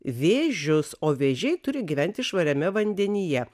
vėžius o vėžiai turi gyventi švariame vandenyje